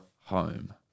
home